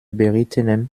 berittenem